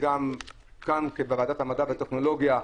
וגם כאן בוועדת המדע והטכנולוגיה,